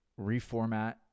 reformat